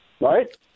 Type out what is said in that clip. Right